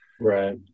Right